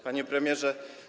Panie Premierze!